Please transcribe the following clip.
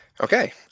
Okay